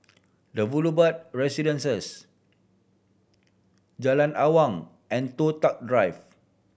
The Boulevard Residence Jalan Awang and Toh Tuck Drive